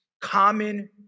common